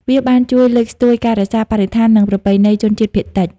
វាបានជួយលើកស្ទួយការរក្សាបរិស្ថាន និងប្រពៃណីជនជាតិភាគតិច។